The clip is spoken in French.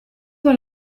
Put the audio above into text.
dans